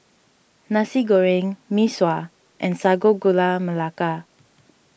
Nasi Goreng Mee Sua and Sago Gula Melaka